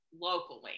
locally